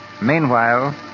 Meanwhile